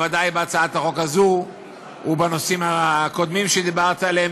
ובוודאי בהצעת החוק הזו ובנושאים הקודמים שדיברת עליהם,